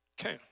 Okay